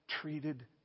treated